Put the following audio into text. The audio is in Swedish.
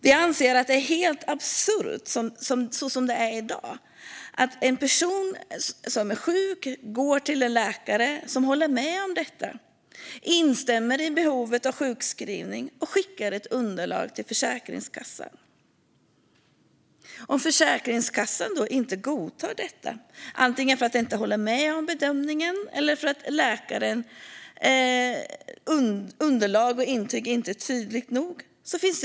Vi anser att det är helt absurt i dag. En person som är sjuk kan gå till en läkare som instämmer i behovet av sjukskrivning och som skickar ett underlag till Försäkringskassan. Då finns risken att Försäkringskassan inte godkänner sjukskrivningen, antingen för att den inte håller med om bedömningen eller för att läkarens underlag och intyg inte är tydliga nog.